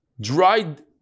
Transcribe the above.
dried